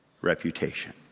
Reputation